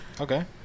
Okay